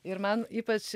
ir man ypač